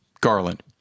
garland